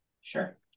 Sure